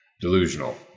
delusional